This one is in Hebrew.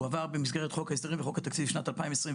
הוא עבר במסגרת חוק ההסדרים וחוק התקציב לשנת 2021-2022,